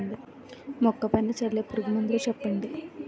మొక్క పైన చల్లే పురుగు మందులు చెప్పండి?